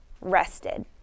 rested